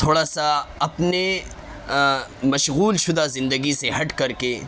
تھوڑا سا اپنے مشغول شدہ زندگی سے ہٹ کر کے